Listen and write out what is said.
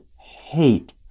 hate